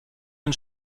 den